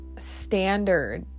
standard